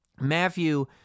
Matthew